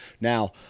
now